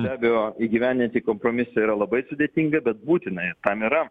be abejo įgyvendinti kompromisą yra labai sudėtinga bet būtina ir tam yra